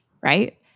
Right